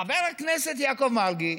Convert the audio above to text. חבר הכנסת יעקב מרגי